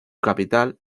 capital